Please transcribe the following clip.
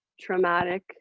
traumatic